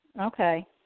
Okay